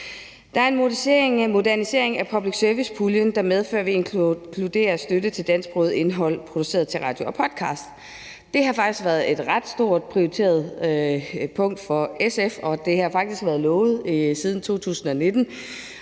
Der er en modernisering af public service-puljen, der medfører, at vi inkluderer støtte til dansksproget indhold produceret til radio og podcasts. Det har faktisk været et ret højt prioriteret punkt for SF, og det har været lovet siden 2019,